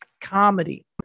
comedy